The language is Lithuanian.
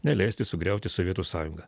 neleisti sugriauti sovietų sąjungą